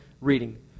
reading